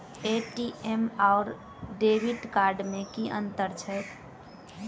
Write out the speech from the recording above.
ATM आओर debit card मे की अंतर छैक?